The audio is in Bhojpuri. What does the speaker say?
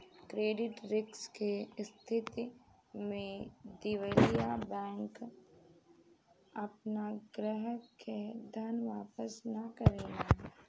क्रेडिट रिस्क के स्थिति में दिवालिया बैंक आपना ग्राहक के धन वापस ना करेला